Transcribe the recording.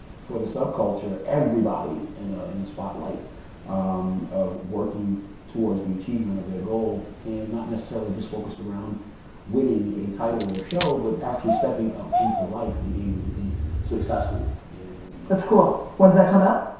for the subculture, everybody in a, in a spotlight of working towards the achievement of their goal. and, not necessarily just focused around winning a title or show, but actually stepping out into life and aiming to be successful in that's cool. when's that come out?